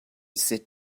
sit